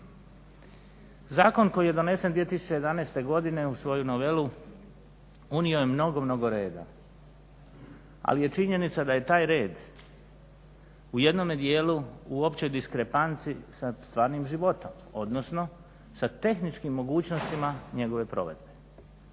Zakon koji je donesen 2011.godine u svoju novelu unio je mnogo, mnogo reda, ali je činjenica da je taj red u jednome dijelu u općoj diskrepanci sa stvarnim životom odnosno sa tehničkim mogućnostima njegove provedbe.